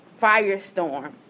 firestorm